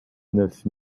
neuf